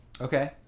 Okay